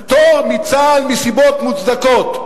פטורים מצה"ל מסיבות מוצדקות,